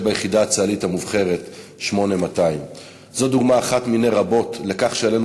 ביחידה הצה"לית המובחרת 8200. זו דוגמה אחת מני רבות לכך שעלינו